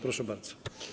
Proszę bardzo.